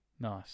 Nice